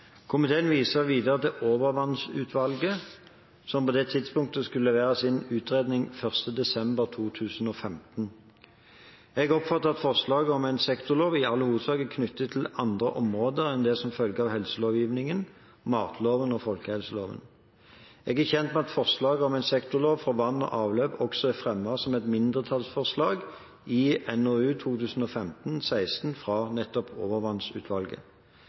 Komiteen viser videre til Overvannsutvalget, som på det tidspunktet skulle levere sin utredning 1. desember 2015. Jeg oppfatter at forslaget om en sektorlov i all hovedsak er knyttet til andre områder enn det som følger av helselovgivningen, matloven og folkehelseloven. Jeg er kjent med at forslaget om en sektorlov for vann og avløp også er fremmet som et mindretallsforslag i NOU 2015: 16 fra Overvannsutvalget.